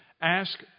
ask